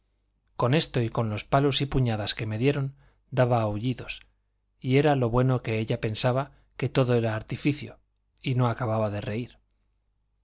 con esto y con los palos y puñadas que me dieron daba aullidos y era lo bueno que ella pensaba que todo era artificio y no acababa de reír